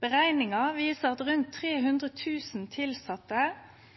Berekningar viser at rundt 300 000 tilsette